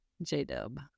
J-dub